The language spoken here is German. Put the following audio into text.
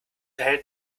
erhält